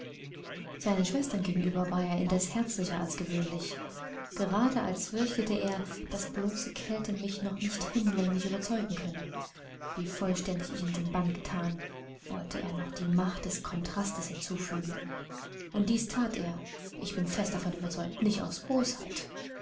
seinen schwestern gegenüber war er indessen herzlicher als gewöhnlich gerade als fürchtete er daß bloße kälte mich noch nicht hinlänglich überzeugen könnte wie vollständig ich in den bann gethan wollte er noch die macht des kontrastes hinzufügen und dies that er ich bin fest davon überzeugt nicht aus bosheit